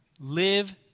Live